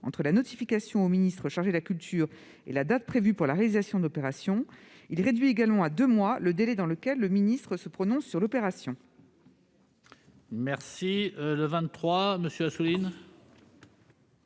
entre la notification au ministre chargé de la culture et la date prévue pour la réalisation de l'opération. Il réduit également à deux mois le délai durant lequel le ministre se prononce sur l'opération.